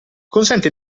consente